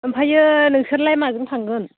ओमफ्रायो नोंसोरलाय माजों थांगोन